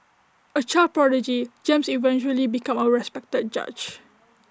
A child prodigy James eventually become A respected judge